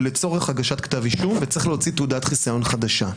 לצורך הגשת כתב אישום וצריך להוציא תעודת חסיון חדשה.